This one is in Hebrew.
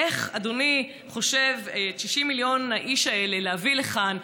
איך אדוני חושב להביא את 60 מיליון האיש האלה לכאן,